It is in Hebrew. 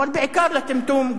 אבל בעיקר לטמטום,